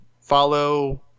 follow